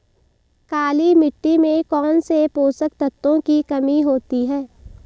काली मिट्टी में कौनसे पोषक तत्वों की कमी होती है?